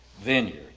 Vineyard